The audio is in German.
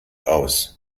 aus